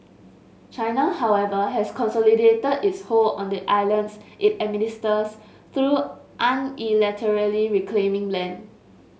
China however has consolidated its hold on the islands it administers through unilaterally reclaiming land